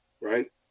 right